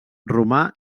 romà